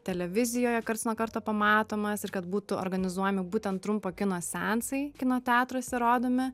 televizijoje karts nuo karto pamatomas ir kad būtų organizuojami būtent trumpo kino seansai kino teatruose rodomi